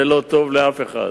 זה לא טוב לאף אחד.